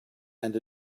and